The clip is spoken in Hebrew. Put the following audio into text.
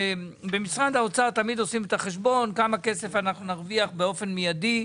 במשרד האוצר עושים תמיד את החשבון כמה כסף הם ירוויחו באופן מיידי.